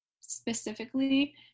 specifically